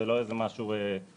זה לא איזה משהו פילנתרופי.